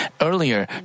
Earlier